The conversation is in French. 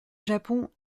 japon